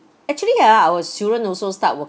actually ah our children also start working